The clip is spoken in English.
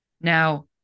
Now